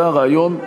זה הרעיון,